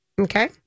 Okay